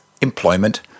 employment